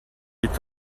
est